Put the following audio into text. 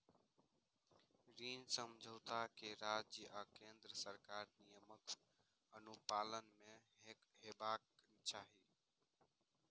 ऋण समझौता कें राज्य आ केंद्र सरकारक नियमक अनुपालन मे हेबाक चाही